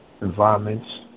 environments